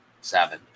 seven